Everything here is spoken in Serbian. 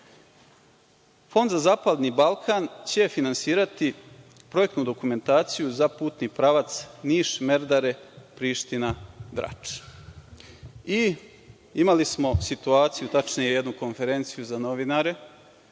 za zapadni Balkan će finansirati projektnu dokumentaciju za putni pravac Niš – Merdare – Priština – Brač. Imali smo situaciju, tačnije jednu konferenciju za novinare,